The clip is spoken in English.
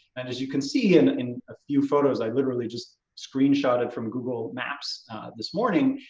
and as you can see, in a few photos, i literally just screenshot it from google maps this morning,